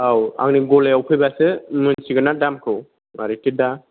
औ आंनि गलायाव फैबासो मिथिगोनना दामखौ मारैथो दा